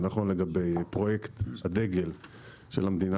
זה נכון לגבי פרויקט הדגל של המדינה